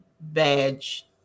badge